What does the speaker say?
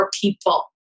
people